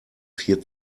vier